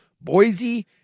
Boise